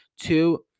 two